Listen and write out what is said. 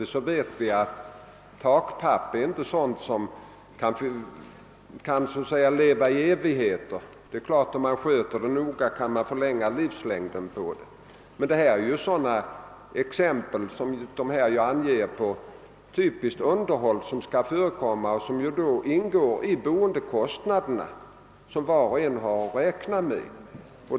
Vi vet att takpappen inte kan leva i evighet. Det är klart att man kan förlänga livslängden om man sköter den noga. Men detta är ett exempel på underhåll som måste förekomma och som ingår i de boendekostnader som var och en har att räkna med.